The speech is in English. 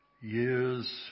years